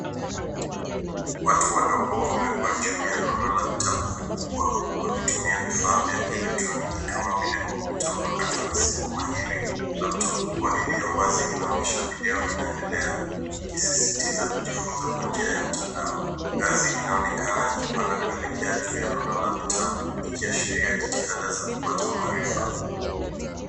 Watu wadogo wamewekwa juu ya rundo la vitabu vikubwa waitumia vifaa vya kielektroniki kama vile kompyuta mpakato na simu mahiri. Laptop kubwa iliyo wazi inaonyesha video inayoendela ikisisitiza kujifunza kwa njia ya mtandao. Ngazi inaonekana ikipanda kuelekea juu ya rundo la vitabu ikiashiria jitihada za kupata maarifa.